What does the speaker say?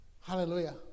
Hallelujah